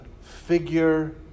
figure